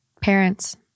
parents